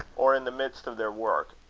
or in the midst of their work,